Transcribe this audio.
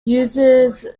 uses